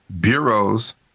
bureaus